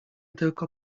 tylko